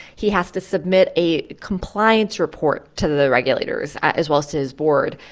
he has to submit a compliance report to the regulators, as well as to his board,